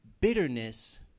bitterness